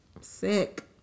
sick